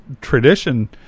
tradition